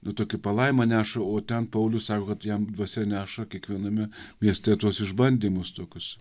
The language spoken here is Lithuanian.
nu tokią palaimą neša o ten paulius sako kad jam dvasia neša kiekviename mieste tuos išbandymus tokius